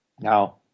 Now